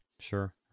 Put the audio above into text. sure